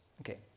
Okay